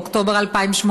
באוקטובר 2018?